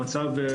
המצב,